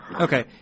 Okay